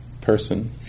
person